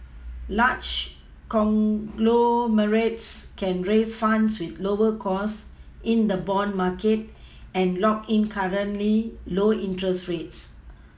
large conglomerates can raise funds with lower costs in the bond market and lock in currently low interest rates